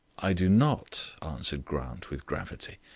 i do not, answered grant, with gravity.